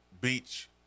beach